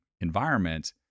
environment